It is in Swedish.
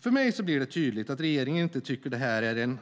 För mig blir det tydligt att regeringen inte tycker att det här är en